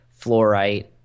fluorite